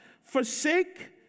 forsake